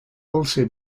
also